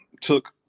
took